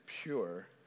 pure